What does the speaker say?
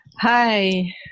Hi